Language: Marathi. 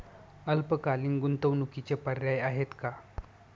अल्पकालीन गुंतवणूकीचे पर्याय आहेत का?